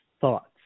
thoughts